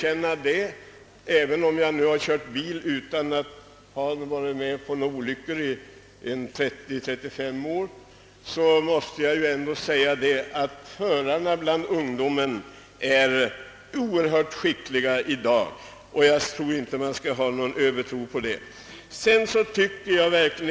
Även om jag kört bil utan att vara med om några olyckor under drygt 30 år, måste jag ändå säga att förarna bland ungdomen är oerhört skickliga i dag — men jag tror inte man skall ha någon övertro på deras eller andras skicklighet.